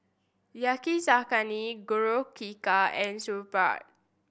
Yakizakana Korokke and Sauerkraut